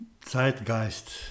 Zeitgeist